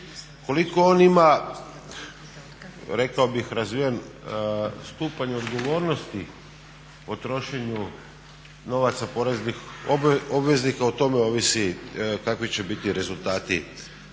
koliko on ima rekao bih razvijen stupanj odgovornosti o trošenju novaca poreznih obveznika o tome ovisi kakvi će biti rezultati